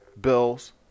Bills